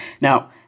Now